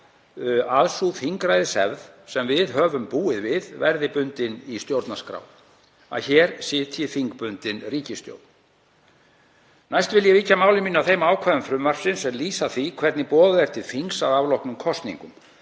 að sú þingræðishefð sem við höfum búið við verði bundin í stjórnarskrá, að hér sitji þingbundin ríkisstjórn. Næst vil ég víkja máli mínu að þeim ákvæðum frumvarpsins sem lýsa því hvernig boðað er til þings að afloknum kosningum,